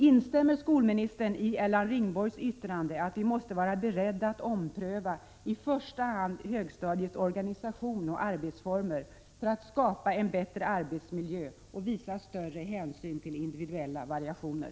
Instämmer skolministern i Erland Ringborgs yttrande att vi måste vara 15 beredda att ompröva i första hand högstadiets organisation och arbetsformer för att skapa en bättre arbetsmiljö och visa större hänsyn till individuella variationer?